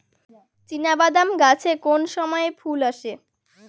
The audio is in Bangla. চিনাবাদাম গাছে কোন সময়ে ফুল আসে?